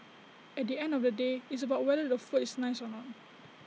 at the end of the day it's about whether the food is nice or not